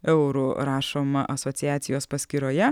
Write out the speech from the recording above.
eurų rašoma asociacijos paskyroje